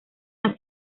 las